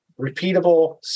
repeatable